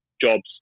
jobs